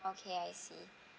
okay I see